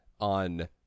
on